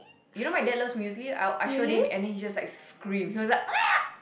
you know my dad's loves muesli I I sure that and then it was just like scream it was like